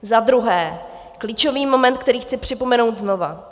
Za druhé, klíčový moment, který chci připomenout znovu.